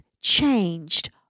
changed